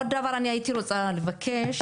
עוד דבר הייתי רוצה לבקש.